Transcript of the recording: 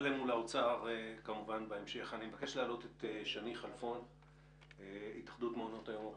אני מבקש להעלות את שני חלפון מהתאחדות מעונות היום הפרטיים.